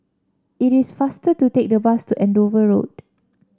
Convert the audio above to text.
it is faster to take the bus to Andover Road